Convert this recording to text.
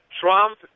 Trump